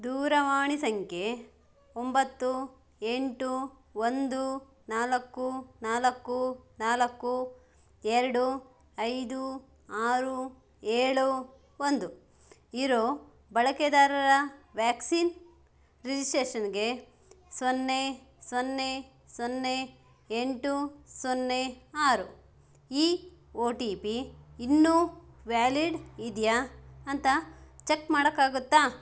ದೂರವಾಣಿ ಸಂಖ್ಯೆ ಒಂಬತ್ತು ಎಂಟು ಒಂದು ನಾಲ್ಕು ನಾಲ್ಕು ನಾಲ್ಕು ಎರಡು ಐದು ಆರು ಏಳು ಒಂದು ಇರೋ ಬಳಕೆದಾರರ ವ್ಯಾಕ್ಸಿನ್ ರಿಜಿಸ್ಟ್ರೇಷನ್ಗೆ ಸೊನ್ನೆ ಸೊನ್ನೆ ಸೊನ್ನೆ ಎಂಟು ಸೊನ್ನೆ ಆರು ಈ ಒ ಟಿ ಪಿ ಇನ್ನೂ ವ್ಯಾಲಿಡ್ ಇದೆಯಾ ಅಂತ ಚೆಕ್ ಮಾಡಕ್ಕಾಗುತ್ತಾ